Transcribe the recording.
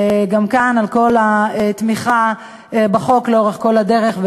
גם כאן על כל התמיכה בחוק לאורך כל הדרך.